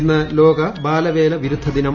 ഇന്ന് ലോക ബാലവേല വിരുദ്ധ ദിനം